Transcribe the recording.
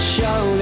Show